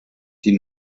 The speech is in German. die